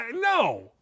No